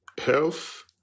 health